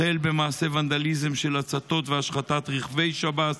החל במעשי ונדליזם של הצתות והשחתת רכבי שב"ס,